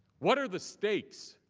what are the stakes?